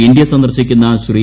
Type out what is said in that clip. India സന്ദർശിക്കുന്ന ശ്രീ